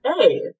hey